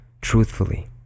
truthfully